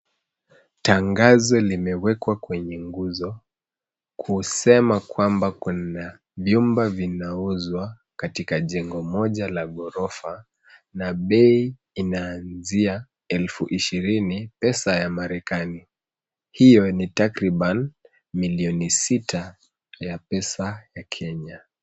Tangazo limewekwa kwenye nguzo, kusema kwamba kuna vyumba vinauzwa katika jengo moja la ghorofa, na bei inaanzia elfu ishirini pesa ya marekani. Hio ni takribani milioni sita ya pesa ya Kenya.